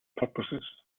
purposes